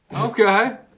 Okay